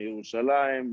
מירושלים,